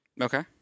Okay